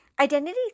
Identity